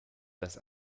das